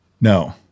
No